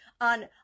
on